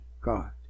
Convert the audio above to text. God